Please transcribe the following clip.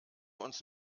uns